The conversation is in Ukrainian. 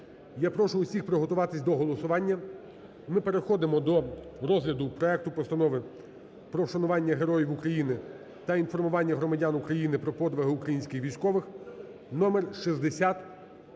Я прошу всіх приготуватись до голосування. Ми переходимо до розгляду проекту Постанови про вшанування Героїв України та інформування громадян України про подвиги українських військових, номер 6045.